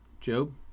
Job